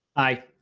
i.